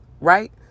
Right